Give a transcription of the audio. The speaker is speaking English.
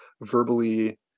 verbally